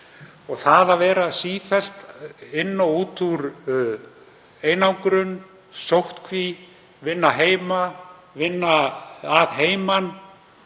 og það að fara sífellt inn og út úr einangrun og sóttkví, vinna heima, vinna að heiman